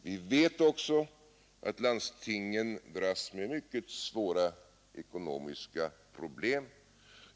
Vi vet också att landstingen dras med mycket svåra ekonomiska problem.